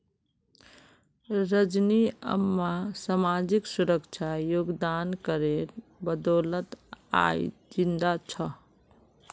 रजनी अम्मा सामाजिक सुरक्षा योगदान करेर बदौलत आइज जिंदा छ